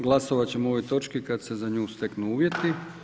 Glasovat ćemo o ovoj točki kad se za nju steknu uvjeti.